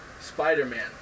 Spider-Man